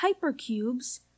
hypercubes